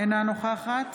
אינה נוכחת